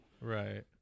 Right